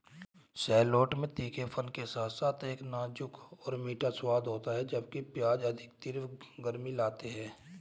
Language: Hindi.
शैलोट्स में तीखेपन के साथ एक नाजुक और मीठा स्वाद होता है, जबकि प्याज अधिक तीव्र गर्मी लाते हैं